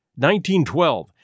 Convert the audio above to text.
1912